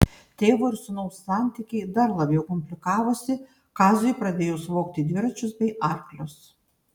tėvo ir sūnaus santykiai dar labiau komplikavosi kaziui pradėjus vogti dviračius bei arklius